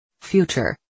Future